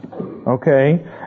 Okay